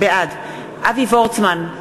בעד אבי וורצמן,